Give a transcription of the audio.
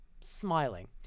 smiling